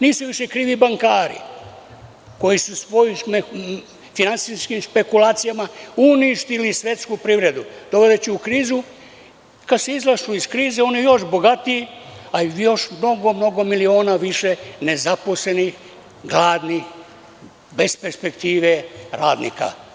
Nisu krivi ni bankari koji su svojim nekim finansijskim špekulacijama svetsku privredu, dovodeći u krizu, a kada se izašlo iz krize, oni još bogatiji, ali i mnogo više miliona nezaposlenih, gladnih, bez perspektive radnika.